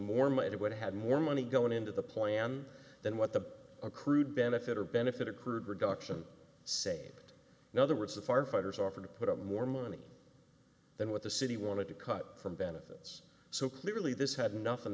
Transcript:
more money they would have had more money going into the plan than what the accrued benefit or benefit accrued reduction save it in other words the firefighters offered to put up more money than what the city wanted to cut from benefits so clearly this had nothing